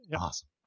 Awesome